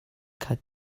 khat